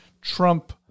Trump